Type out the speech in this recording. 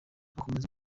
akomeza